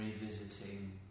revisiting